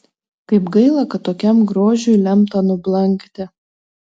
kaip gaila kad tokiam grožiui lemta nublankti